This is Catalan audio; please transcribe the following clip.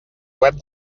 web